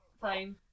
Fine